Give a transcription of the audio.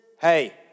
Hey